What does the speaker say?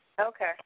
Okay